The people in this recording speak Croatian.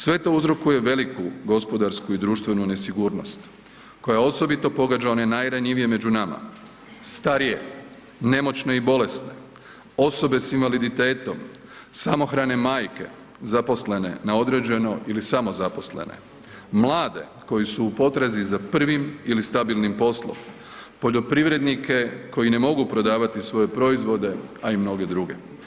Sve to uzrokuje veliku gospodarsku i društvenu nesigurnost, koja osobito pogađa one najranjivije među nama, starije, nemoćne i bolesne, osobe s invaliditetom, samohrane majke zaposlene na određeno ili samozaposlene, mlade koji su u potrazi za prvim ili stabilnim poslom, poljoprivrednike koji ne mogu prodavati svoje proizvode, a i mnoge druge.